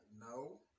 no